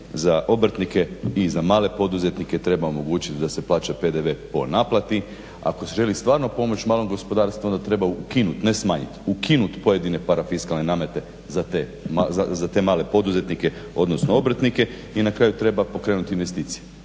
za obrtnike i za male poduzetnike treba omogućiti da se plaća PDV po naplati. Ako se želi stvarno pomoć malom gospodarstvu onda treba ukinute, ne smanjit, ukinut pojedine parafiskalne namete za te male poduzetnike, odnosno obrtnike i na kraju treba pokrenuti investicije.